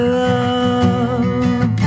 love